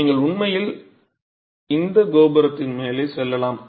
நீங்கள் உண்மையில் இந்த கோபுரத்தின் மேலே செல்லலாம்